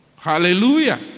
Hallelujah